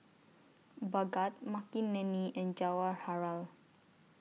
Bhagat Makineni and Jawaharlal